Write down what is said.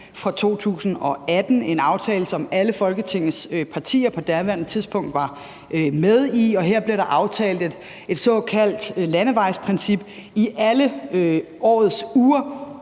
fra 2018 – en aftale, som alle Folketingets partier på daværende tidspunkt var med i. Her blev der aftalt et såkaldt landevejsprincip i alle årets uger